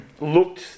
looked